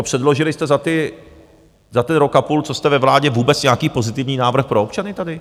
Předložili jste za ten rok a půl, co jste ve vládě, vůbec nějaký pozitivní návrh pro občany tady?